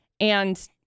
and-